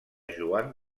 joan